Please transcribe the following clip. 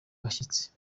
abashyitsi